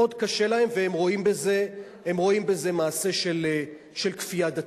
מאוד קשה להם, והם רואים בזה מעשה של כפייה דתית.